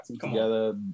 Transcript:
together